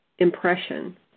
impression